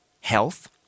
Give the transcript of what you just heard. health